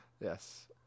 yes